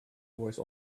voice